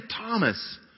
Thomas